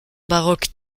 baroque